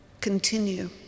continue